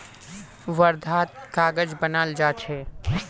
वर्धात कागज बनाल जा छे